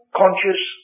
conscious